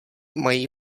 mají